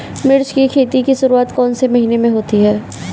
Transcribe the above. मिर्च की खेती की शुरूआत कौन से महीने में होती है?